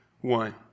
one